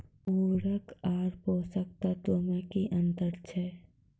उर्वरक आर पोसक तत्व मे की अन्तर छै?